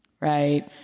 Right